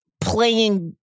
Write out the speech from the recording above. playing